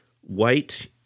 white